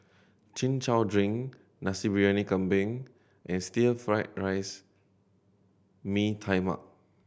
Chin Chow drink Nasi Briyani Kambing and stir fried rice Mee Tai Mak